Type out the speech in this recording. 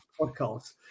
podcast